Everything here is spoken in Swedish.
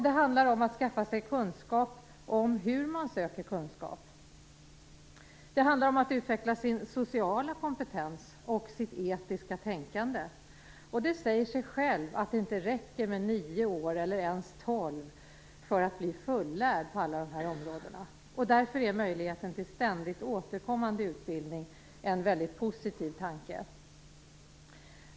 Det handlar om att skaffa sig kunskap om hur man söker kunskap. Det handlar om att utveckla sin sociala kompetens och sitt etiska tänkande. Det säger sig självt att det inte räcker med nio år eller ens tolv för att bli fullärd på alla dessa områden. Därför är möjligheten till ständigt återkommande utbildning en väldigt positiv tanke.